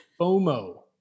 FOMO